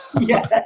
Yes